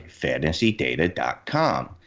FantasyData.com